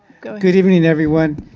good evening, everyone.